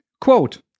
Quote